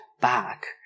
back